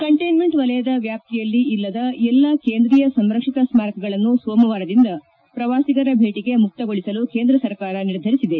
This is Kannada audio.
ಕಂಟ್ಲೆನ್ಮೆಂಟ್ ವಲಯದ ವ್ಲಾಪ್ತಿಯಲ್ಲಿ ಇಲ್ಲದ ಎಲ್ಲ ಕೇಂದ್ರೀಯ ಸಂರಕ್ಷಿತ ಸ್ತಾರಕಗಳನ್ನು ಸೋಮವಾರದಿಂದ ಪ್ರವಾಸಿಗರ ಭೇಟಗೆ ಮುಕ್ತಗೊಳಿಸಲು ಕೇಂದ್ರ ಸರ್ಕಾರ ನಿರ್ಧರಿಸಿದೆ